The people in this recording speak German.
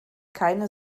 keine